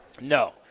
No